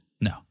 No